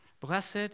Blessed